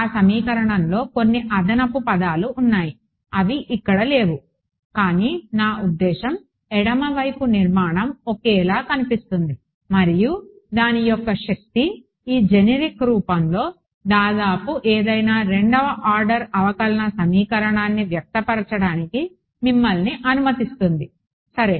ఆ సమీకరణంలో కొన్ని అదనపు పదాలు ఉన్నాయి అవి ఇక్కడ లేవు కానీ నా ఉద్దేశ్యం ఎడమ వైపు నిర్మాణం ఒకేలా కనిపిస్తుంది మరియు దాని యొక్క శక్తి ఈ జెనరిక్ రూపంలో దాదాపు ఏదైనా రెండవ ఆర్డర్ అవకలన సమీకరణాన్ని వ్యక్తీకరించడానికి మిమ్మల్ని అనుమతిస్తుంది సరే